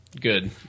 Good